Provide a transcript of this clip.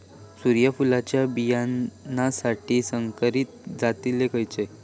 सूर्यफुलाच्या बियानासाठी संकरित जाती खयले?